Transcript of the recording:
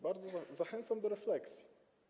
Bardzo zachęcam do refleksji.